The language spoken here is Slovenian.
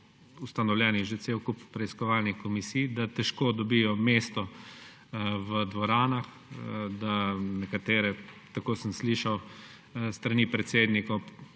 ustanovljenih že cel kup preiskovalnih komisij, da težko dobijo mesto v dvoranah, da nekatere, tako sem slišal s strani predsednikov,